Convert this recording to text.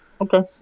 Okay